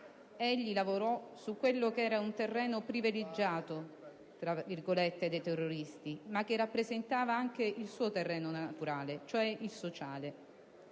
Egli lavorò su quello che era un terreno privilegiato dai terroristi, ma che rappresentava anche il suo terreno naturale: cioè il sociale.